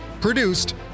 Produced